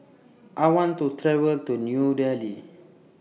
I want to travel to New Delhi